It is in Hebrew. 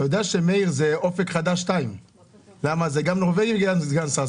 אתה יודע שמאיר זה אופק חדש 2. זה גם נורבגי וגם סגן שר,